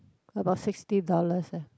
about sixty dollars eh